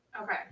okay